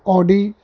Audi